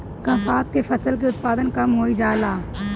कपास के फसल के उत्पादन कम होइ जाला?